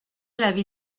l’avis